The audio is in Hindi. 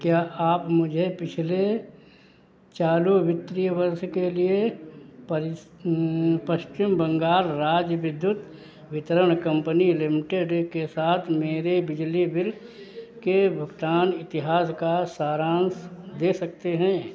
क्या आप मुझे पिछले चालू वित्रीय वर्ष के लिए परिस पश्चिम बंगाल राज्य विद्युत वितरण कंपनी लिमिटेड के साथ मेरे बिजली बिल के भुगतान इतिहास का सारांश दे सकते हैं